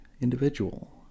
individual